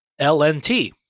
LNT